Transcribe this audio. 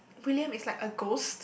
William is like a ghost